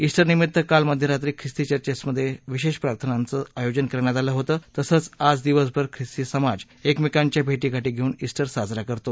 इस्टरनिमित्त काल मध्यरात्री ख्रिस्ती चर्चॅसमधे विशेष प्रार्थनांचं आयोजन करण्यात आलं आलं होतं तसंच आज दिवसभर खिस्ती समाज एकमेकांच्या भेटीगाठी घेऊन ईस्टर साजरा करतो